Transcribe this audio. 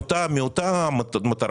מאותה מטרה,